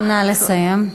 נא לסיים.